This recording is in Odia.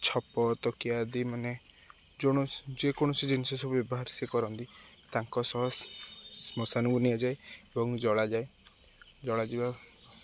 ଛପ ତକିଆ ଆଦି ମାନେ ଯେକୌଣସି ଜିନିଷ ସବୁ ବ୍ୟବହାର ସେ କରନ୍ତି ତାଙ୍କ ସହ ସ୍ ଶ୍ମଶାନକୁ ନିଆଯାଏ ଏବଂ ଜଳାଯାଏ ଜଳାଯିବା